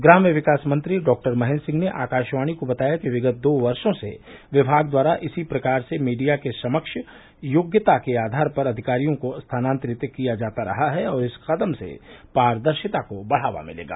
ग्राम्य विकास मंत्री डॉक्टर महेन्द्र सिंह ने आकाशवाणी को बताया कि विगत् दो वर्षो से विभाग द्वारा इसी प्रकार से मीडिया के समक्ष और योग्यता के आधार पर अधिकारियों को स्थानांतरित किया जाता रहा है और इस कदम से पारदर्शिता को बढ़ावा मिलेगा